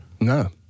No